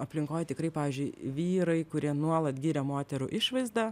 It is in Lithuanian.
aplinkoj tikrai pavyzdžiui vyrai kurie nuolat giria moterų išvaizdą